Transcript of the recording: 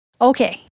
Okay